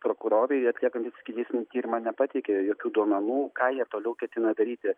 prokurorai atliekami sakysim tyrimą nepateikė jokių duomenų ką jie toliau ketina daryti